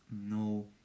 no